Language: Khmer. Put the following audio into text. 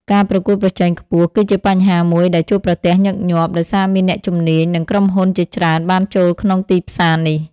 ការប្រកួតប្រជែងខ្ពស់ គឺជាបញ្ហាមួយដែលជួបប្រទះញឹកញាប់ ដោយសារមានអ្នកជំនាញ និងក្រុមហ៊ុនជាច្រើនបានចូលក្នុងទីផ្សារនេះ។